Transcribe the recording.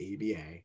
ABA